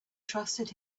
trusted